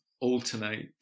alternate